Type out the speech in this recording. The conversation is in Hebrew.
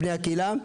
בני הקהילה,